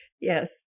Yes